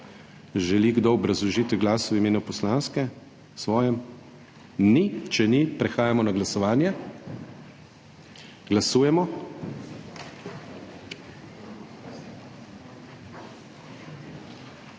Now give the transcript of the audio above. Želi kdo obrazložiti glas v imenu poslanske? Svojem? Ne. Če ni, prehajamo na glasovanje. Glasujemo.